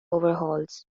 overhauls